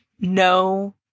no